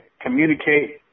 communicate